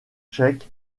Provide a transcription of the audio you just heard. cheikh